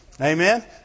Amen